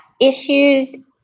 issues